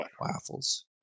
Waffles